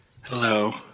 Hello